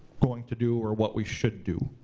going to do or what we should do.